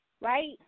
right